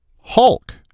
Hulk